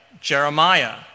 Jeremiah